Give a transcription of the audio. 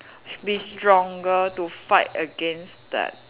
be stronger to fight against that